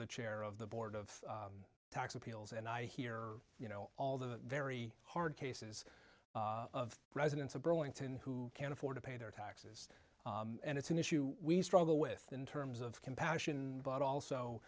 the chair of the board of tax appeals and i hear you know all the very hard cases of residents of burlington who can't afford to pay their taxes and it's an issue we struggle with in terms of compassion but also